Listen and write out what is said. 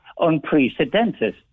unprecedented